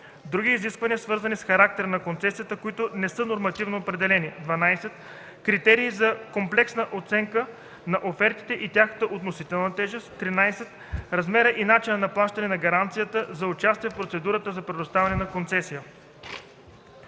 други изисквания, свързани с характера на концесията, които не са нормативно определени; 12. критериите за комплексна оценка на офертите и тяхната относителна тежест; 13. размера и начина на плащане на гаранцията за участие в процедурата за предоставяне на концесия.